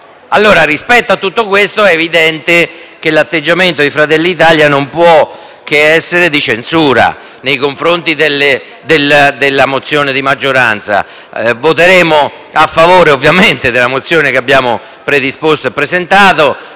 Rispetto a tutto questo, è evidente che l'atteggiamento di Fratelli d'Italia non può che essere di censura nei confronti della mozione di maggioranza. Noi voteremo a favore, ovviamente, della mozione che abbiamo predisposto e presentato.